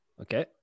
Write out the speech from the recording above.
Okay